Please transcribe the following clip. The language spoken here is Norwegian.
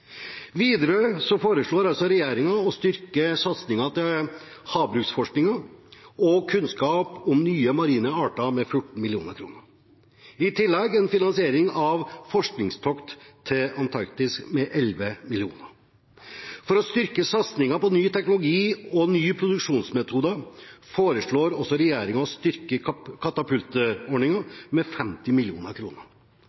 Videre foreslår regjeringen å styrke satsingen på havbruksforskningen og kunnskap om nye marine arter med 14 mill. kr, i tillegg til en finansiering av forskningstokt til Antarktis med 11 mill. kr. For å styrke satsingen på ny teknologi og nye produksjonsmetoder foreslår også regjeringen å styrke